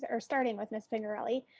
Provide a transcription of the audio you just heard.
or starting with miss pingerelli.